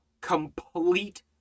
complete